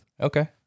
Okay